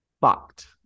fucked